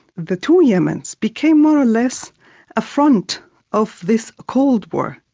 the two yemens became more or less a front of this cold war.